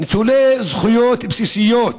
נטולי זכויות בסיסיות,